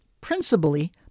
principally